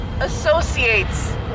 associates